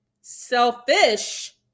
selfish